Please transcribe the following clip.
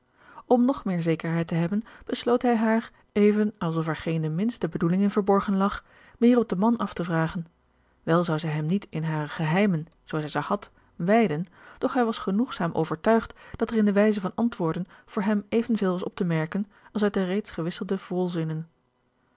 om nog meer zekerheid te hebben besloot hij haar even alsof er geen de minste bedoeling in verborgen lag meer op den man af te vragen wel zou zij hem niet in hare geheimen zoo zij ze had wijden doch hij was genoegzaam overtuigd dat er in de wijze van antwoorden voor hem evenveel was op te merken als uit de reeds gewisselde volzinnen